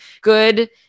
good